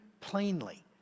plainly